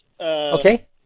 Okay